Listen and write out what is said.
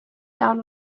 down